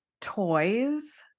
toys